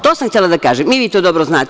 To sam htela da kažem i vi to dobro znate.